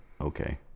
okay